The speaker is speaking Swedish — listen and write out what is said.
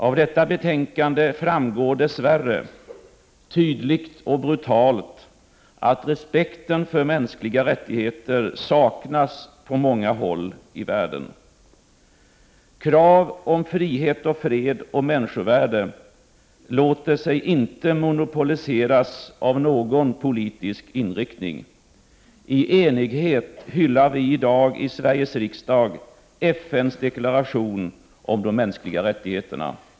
Av detta betänkande framgår dess värre — tydligt och brutalt — att respekten för mänskliga rättigheter saknas på många håll i värden. Krav på frihet och fred och människovärde låter sig inte monopoliseras av någon politisk inriktning. I enighet hyllar vi i dag i Sveriges riksdag FN:s deklaration om de mänskliga rättigheterna.